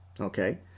Okay